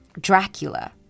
Dracula